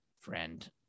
Friend